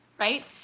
Right